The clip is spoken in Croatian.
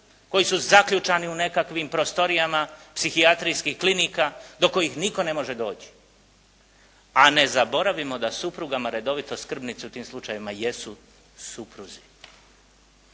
koji su zaključani u nekakvim prostorijama psihijatrijskih klinika do kojih nitko ne može doći. A ne zaboravimo da suprugama redovito skrbnici u tim slučajevima jesu supruzi.